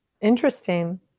Interesting